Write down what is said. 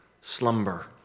slumber